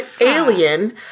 Alien